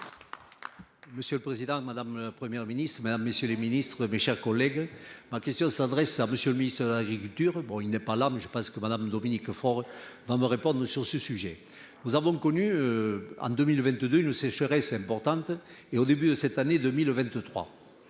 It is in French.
Monsieur le président, madame, la Première ministre Madame messieurs les ministres, mes chers collègues. Ma question s'adresse à monsieur le ministre de l'. Bon, il n'est pas là mais je pense que Madame Dominique Faure va me répondre sur ce sujet, nous avons connu. En 2022, une sécheresse importante et au début de cette année 2023.